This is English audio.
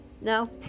No